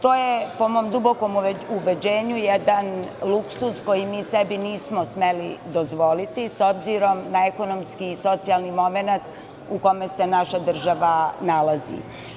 To je po mom dubokom ubeđenju jedan luksuz koji mi sebi nismo smeli dozvoliti, s obzirom na ekonomski i socijalni momenat u kome se naša država nalazi.